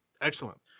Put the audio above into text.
Excellent